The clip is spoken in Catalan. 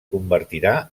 convertirà